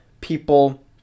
people